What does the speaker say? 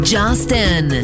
Justin